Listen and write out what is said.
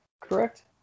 correct